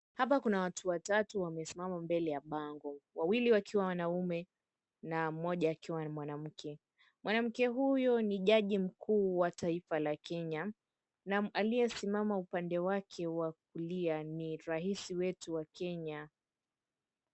Hapa kuna watu watatu wamesimama mbele ya bango. Wawili wakiwa wanaume na mmoja akiwa mwanamke. Mwanamke huyo ni jaji mkuu wa taifa la Kenya na aliyesimama upande wake wa kulia ni ras iwetu wa Kenya.